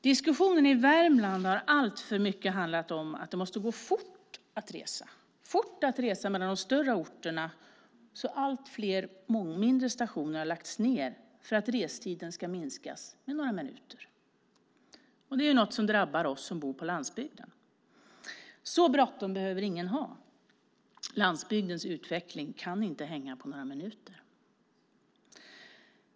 Diskussionen i Värmland har alltför mycket handlat om att det måste gå fort att resa mellan de större orterna så allt fler mindre stationer har lagts ned för att restiden ska minskas med några minuter. Det är något som drabbar oss som bor på landsbygden. Så bråttom behöver ingen ha. Landsbygdens utveckling kan inte hänga på några minuter.